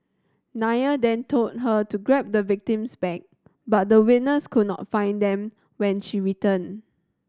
Nair then told her to grab the victim's bag but the witness could not find them when she returned